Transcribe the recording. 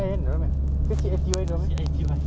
printer yang benson baru bagi aku tu